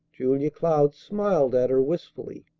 julia cloud smiled at her wistfully.